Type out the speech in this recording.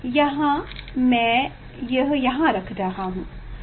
यहां मैं यह यहां रख रहा हूं